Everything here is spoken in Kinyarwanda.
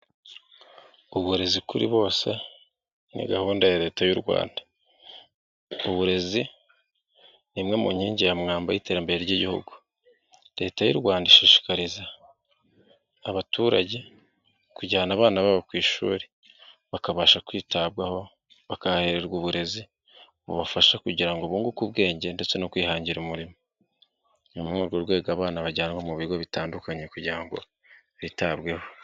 Uburezi kuri bose ni gahunda ya leta y'u Rwanda. Uburezi ni imwe mu nkingi ya mwamba y'iterambere ry'igihugu. Leta y'u Rwanda ishishikariza abaturage kujyana abana babo ku ishuri bakabasha kwitabwaho, bakahererwa uburezi bubafasha kugira ngo bunguke ubwenge ndetse no kwihangira umurimo. Muri urwo rwego abana bajyanwa mu bigo bitandukanye kugira ngo bitabweho.